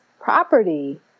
property